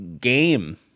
game